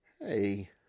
Hey